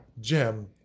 gem